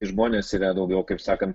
žmonės yra daugiau kaip sakant